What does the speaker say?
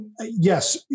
Yes